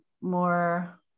more